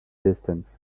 distance